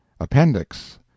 Appendix